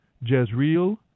Jezreel